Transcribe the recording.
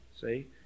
see